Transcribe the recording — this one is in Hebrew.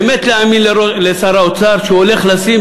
באמת להאמין לשר האוצר שהוא הולך לשים